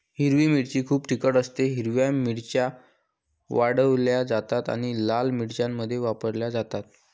हिरवी मिरची खूप तिखट असतेः हिरव्या मिरच्या वाळवल्या जातात आणि लाल मिरच्यांमध्ये वापरल्या जातात